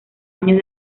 años